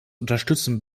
unterstützen